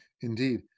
Indeed